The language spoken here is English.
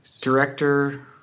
director